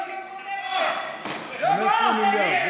לא עם פרוטקשן, לא עם פרוטקשן.